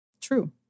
True